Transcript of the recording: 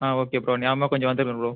ஆ okay bro ஞாபகமாக கொஞ்சம் வந்துவிடுங்க ப்ரோ